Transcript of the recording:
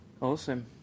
Awesome